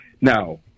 Now